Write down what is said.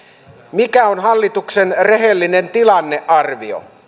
mikä on hallituksen rehellinen tilannearvio